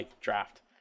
draft